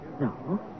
No